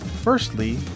Firstly